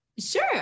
Sure